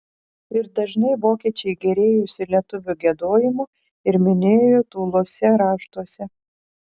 ir dažnai vokiečiai gėrėjosi lietuvių giedojimu ir minėjo tūluose raštuose